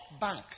bank